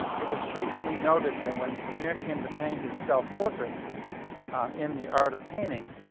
it was frequently noted that when vermeer came to paint his self-portrait in the art of painting,